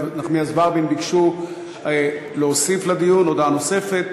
נחמיאס ורבין ביקשו להוסיף לדיון הודעה נוספת.